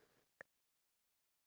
iya